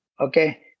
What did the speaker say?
Okay